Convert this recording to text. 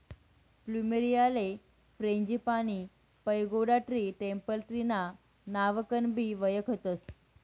फ्लुमेरीयाले frangipani, pagoda tree, temple tree ना नावकनबी वयखतस